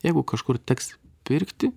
jeigu kažkur teks pirkti